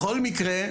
בכל מקרה,